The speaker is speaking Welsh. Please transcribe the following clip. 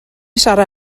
sarra